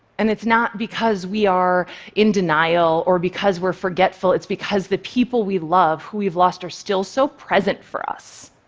and it's not because we are in denial or because we're forgetful, it's because the people we love, who we've lost, are still so present for us.